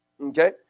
Okay